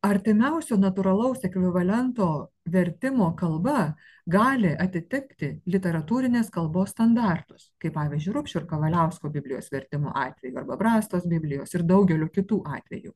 artimiausio natūralaus ekvivalento vertimo kalba gali atitikti literatūrinės kalbos standartus kaip pavyzdžiui rubšio kavaliausko biblijos vertimo atveju arba brastos biblijos ir daugeliu kitų atvejų